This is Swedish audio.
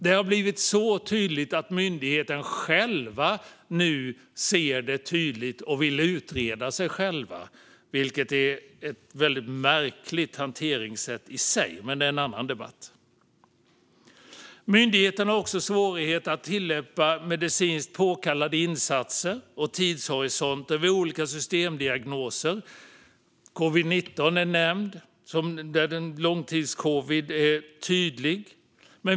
Det har blivit så tydligt att även myndigheten nu ser det och vill utreda sig själv, vilket är ett väldigt märkligt hanteringssätt i sig. Men det är en annan debatt. Myndigheten har också svårigheter att tillämpa medicinskt påkallade insatser och tidshorisonter vid olika symtomdiagnoser. Covid-19 har nämnts, liksom långtidscovid.